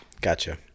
Gotcha